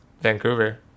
vancouver